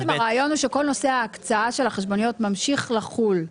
בעצם הרעיון של נושא ההקצאה של החשבוניות ממשיך לחול.